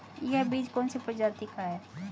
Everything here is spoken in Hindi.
यह बीज कौन सी प्रजाति का है?